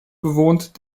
bewohnt